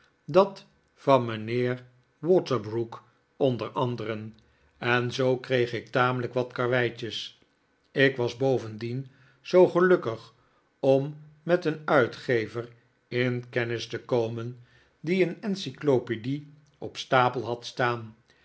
dat van mijnheer waterbrook onder anderen en zoo kreeg ik tamelijk wat karweitjes ik was bovendien zoo gelukkig om met een uitgever in kennis te komen die een encyclopedie op stapel had staan